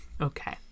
okay